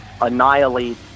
annihilate